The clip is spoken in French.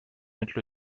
mettent